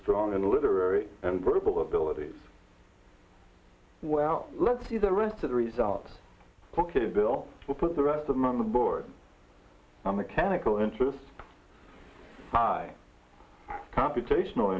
strong in the literary and verbal abilities well let's see the rest of the result ok bill will put the rest of them on the board the mechanical interest by computational